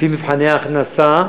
על-פי מבחני הכנסה.